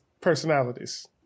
personalities